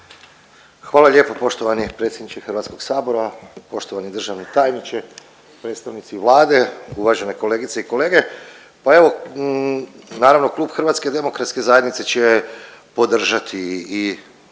Hvala lijepo poštovani predsjedniče Hrvatskog sabora, poštovani državni tajniče, predstavnici Vlade, uvažene kolegice i kolege. Pa evo, naravno klub Hrvatske demokratske zajednice će podržati i